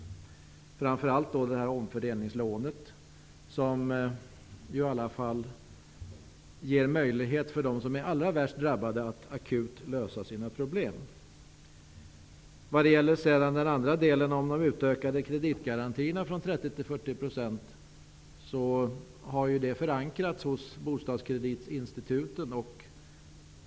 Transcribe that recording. Jag tänker då framför allt på omfördelningslånet, som i alla fall gör det möjligt för dem som är allra värst drabbade att akut lösa sina problem. 40 % har förankrats hos bostadskreditinstituten.